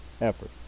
effort